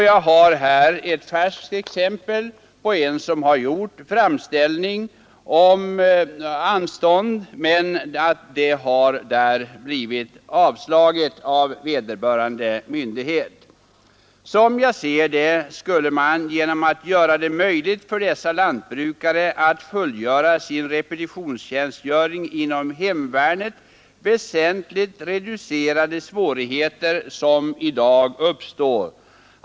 Jag har här ett färskt exempel på att en person har gjort företag oftast är enmansföre framställning om anstånd, men framställningen har avslagits av vederbörande myndighet. Som jag ser det skulle man genom att göra det möjligt för dessa lantbrukare att fullgöra sin repetitionstjänstgöring inom hemvärnet väsentligt reducera de svårigheter som i dag uppstår.